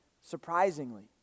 surprisingly